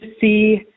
see